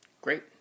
Great